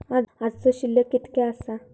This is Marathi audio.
आजचो शिल्लक कीतक्या आसा?